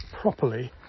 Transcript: properly